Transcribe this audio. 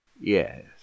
yes